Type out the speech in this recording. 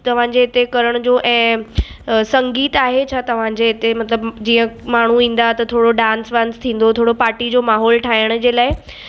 तव्हांजे हिते करण जो ऐं संगीतु आहे छा तव्हांजे हिते मतलबु जीअं माण्हू ईंदा त थोरो डांस वांस थींदो थोरो पार्टी जो माहौल ठाहिण जे लाइ